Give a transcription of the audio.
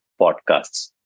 podcasts